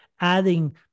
adding